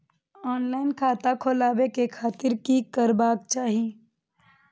Online खाता खोलाबे के खातिर कि करबाक चाही?